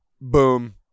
boom